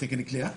תקן הכליאה?